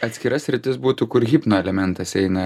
atskira sritis būtų kur hipno elementas įeina